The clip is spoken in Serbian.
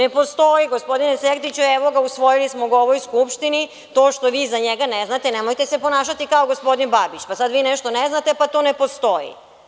Evo ga, gospodine Sertiću, usvojili smo ga u ovoj Skupštini, a to što vi za njega ne znate, nemojte se ponašati kao gospodin Babić, pa kad vi nešto ne znate – to ne postoji.